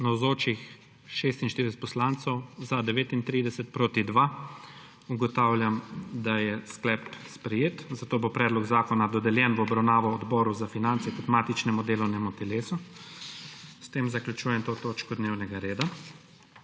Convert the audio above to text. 2. (Za je glasovalo 39.)(Proti 2.) Ugotavljam, da je sklep sprejet, zato bo predlog zakona dodeljen v obravnavo Odboru za finance kot matičnemu delovnemu telesu. S tem zaključujem to točko dnevnega reda.